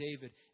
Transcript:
David